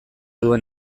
duen